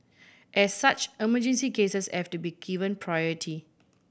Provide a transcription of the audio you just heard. as such emergency cases I've to be given priority